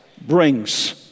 brings